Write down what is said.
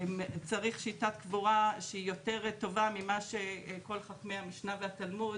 צריך שיטת קבורה שהיא יותר טובה ממה שכל חכמי המשנה והתלמוד